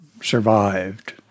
survived